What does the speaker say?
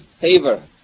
favor